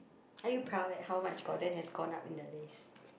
are you proud that how much Gordon has gone up in the list